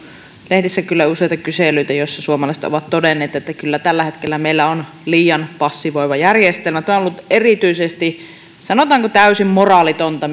lehdissä kyllä useita kyselyitä joissa suomalaiset ovat todenneet että kyllä tällä hetkellä meillä on liian passivoiva järjestelmä tämä on ollut erityisesti sanotaanko täysin moraalitonta